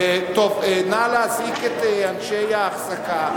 נא להזעיק את אנשי האחזקה